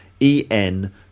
en